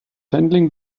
handling